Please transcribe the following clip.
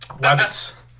Rabbits